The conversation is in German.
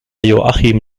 joachim